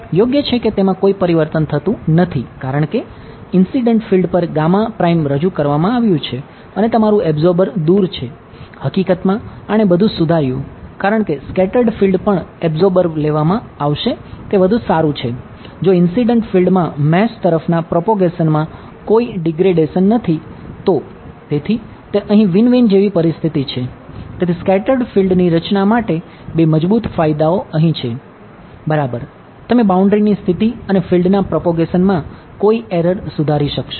યોગ્ય છે કે તેમાં કોઈ પરિવર્તન પર રજૂ કરવામાં આવ્યું છે અને તમારું એબ્સોર્બર ના પ્રોપોગેશનમાં કોઈ એરર સુધારી શકશો